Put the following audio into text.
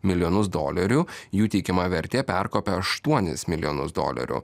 milijonus dolerių jų teikiama vertė perkopė aštuonis milijonus dolerių